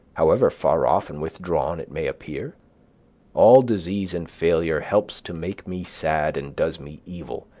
however far off and withdrawn it may appear all disease and failure helps to make me sad and does me evil,